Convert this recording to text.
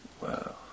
Wow